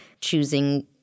choosing